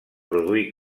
produir